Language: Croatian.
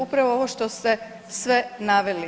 Upravo ovo što ste sve naveli.